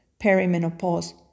perimenopause